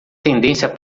tendência